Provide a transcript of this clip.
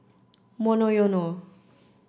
Monoyono